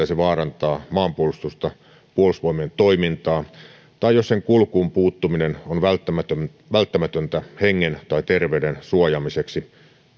se vaarantaa maanpuolustusta puolustusvoimien toimintaa tai jos sen kulkuun puuttuminen on välttämätöntä hengen tai terveyden suojaamiseksi